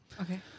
Okay